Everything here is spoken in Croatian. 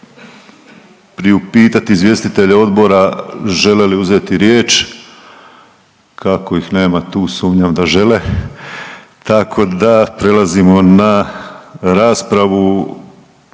priupitat izvjestitelje odbora žele li uzeti riječ? Kako ih nema tu sumnjam da žele, tako da prelazimo na raspravu,